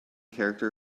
character